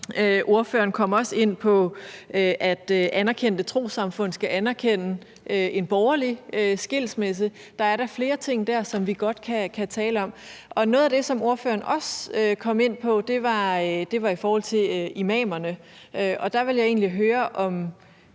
ordføreren kom også ind på, at anerkendte trossamfund skal anerkende en borgerlig skilsmisse. Der er da flere ting dér, som vi godt kan tale om. Noget af det, som ordføreren også kom ind på, var i forhold til imamerne. Der vil jeg egentlig høre, om